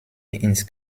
ins